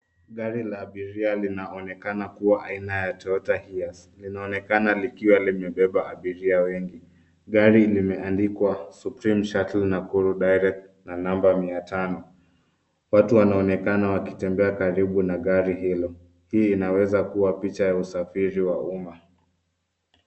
Gari la abiria linaonekana kuwa aina ya Toyota hiace. Linaonekana likiwa limebeba abiria wengi. Gari limeandikwa, supreme shuttle Nakuru direct, na namba mia tano. Watu wanaonekana wakitembea karibu na gari hilo. Hii inaweza kuwa picha ya usafiri wa umma.